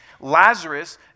Lazarus